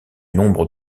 nombre